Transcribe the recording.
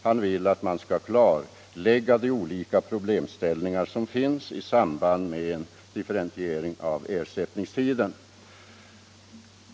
Han vill att man skall klarlägga de olika problemställningar som finns i samband med en differentiering av ersättningstiden.